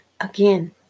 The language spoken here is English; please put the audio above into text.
Again